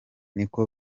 niko